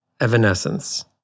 Evanescence